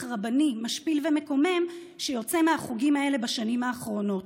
רבני משפיל ומקומם שיוצא מהחוגים האלה בשנים האחרונות.